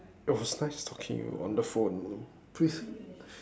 it was nice talking you on the phone please